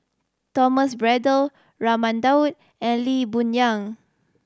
Thomas Braddell Raman Daud and Lee Boon Yang